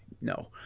no